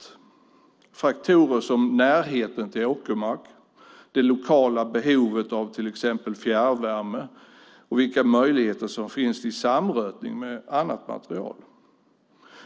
Det handlar om faktorer som närheten till åkermark, det lokala behovet av till exempel fjärrvärme och vilka möjligheter som finns till samrötning med annat material.